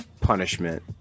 punishment